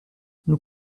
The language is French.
nous